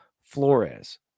Flores